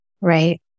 Right